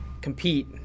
compete